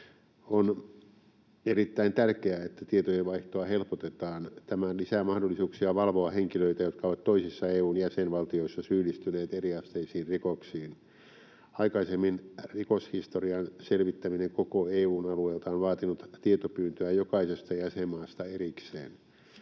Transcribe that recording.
On erittäin tärkeää, että tietojenvaihtoa helpotetaan. Tämä lisää mahdollisuuksia valvoa henkilöitä, jotka ovat toisissa EU:n jäsenvaltioissa syyllistyneet eriasteisiin rikoksiin. Aikaisemmin rikoshistorian selvittäminen koko EU:n alueelta on vaatinut tietopyyntöä jokaisesta jäsenmaasta erikseen.